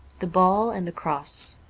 the ball and the cross.